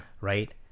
right